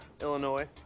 Illinois